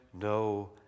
no